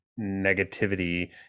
negativity